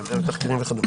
תחקירים וכדו'.